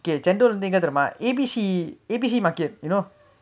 okay chendol வந்து எங்க தெரியுமா:vanthu engga teriyumaa A_B_C A_B_C market you know